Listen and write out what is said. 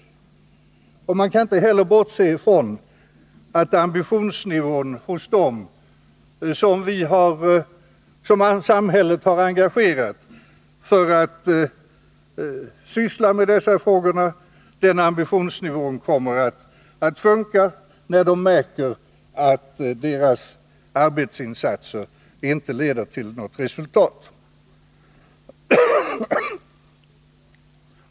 Man kan inte heller bortse från att ambitionsnivån hos dem som samhället har engagerat för att syssla med dessa frågor kommer att sjunka när de märker att deras arbetsinsatser inte leder till något resultat.